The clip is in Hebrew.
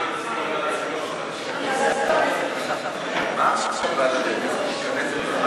סמכויות משר התיירות לשר לשירותי דת נתקבלה.